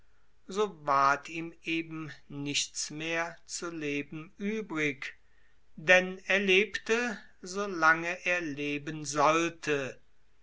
so war ihm eben nichts mehr zu leben übrig denn er lebte so lange er leben sollte